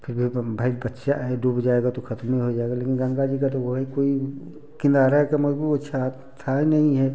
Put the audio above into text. फिर भी अपन भाई बच्चा है डूब जाएगा तो ख़त्म होइ जाएगा लेकिन गंगा जी का तो वही कोई किनारा का मगु छात थाह ही नहीं है